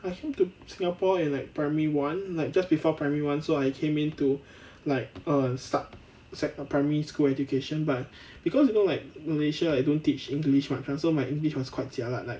I came to singapore in like primary one like just before primary one so I came into like err start set a primary school education but because you know like malaysia like don't teach english much ah so my english was quite jialat like